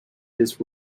his